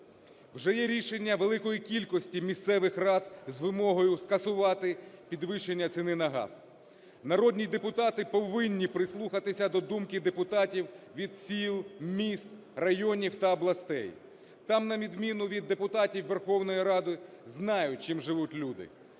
Вже є рішення великої кількості місцевих рад з вимогою скасувати підвищення ціни на газ. Народні депутати повинні прислухатися до думки депутатів від сіл, міст, районів та областей, там на відміну від депутатів Верховної Ради знають, чим живуть люди.